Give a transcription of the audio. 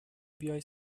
بیای